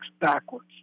backwards